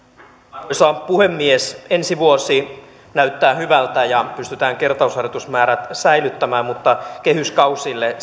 arvoisa puhemies ensi vuosi näyttää hyvältä ja pystytään kertausharjoitusmäärät säilyttämään mutta kehyskausille